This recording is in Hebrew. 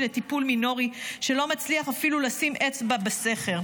לטיפול מינורי שלא מצליח אפילו לשים אצבע בסכר.